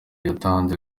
yatanze